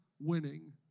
winning